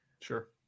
Sure